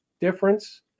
difference